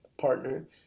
partner